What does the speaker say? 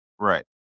Right